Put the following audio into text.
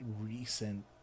recent